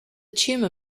tumour